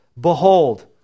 Behold